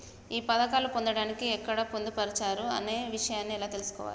ఈ పథకాలు పొందడానికి ఎక్కడ పొందుపరిచారు అనే విషయాన్ని ఎలా తెలుసుకోవాలి?